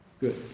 Good